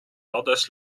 others